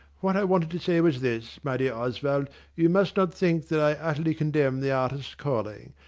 what i wanted to say was this, my dear oswald you must not think that i utterly condemn the artist's calling.